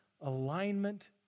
alignment